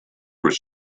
were